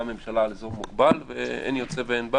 הממשלה על אזור מוגבל ואין יוצא ואין בא